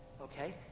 okay